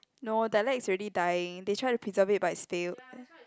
no dialects already dying they try to preserve it but it's still